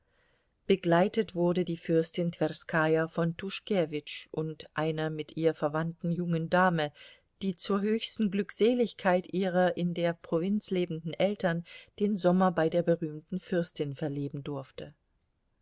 begleitet wurde die fürstin twerskaja von tuschkewitsch und einer mit ihr verwandten jungen dame die zur höchsten glückseligkeit ihrer in der provinz lebenden eltern den sommer bei der berühmten fürstin verleben durfte